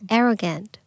arrogant